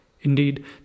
Indeed